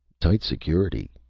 tight security,